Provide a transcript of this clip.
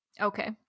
Okay